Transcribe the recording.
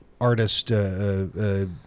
artist